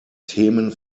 themen